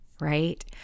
right